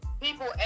People